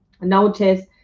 notice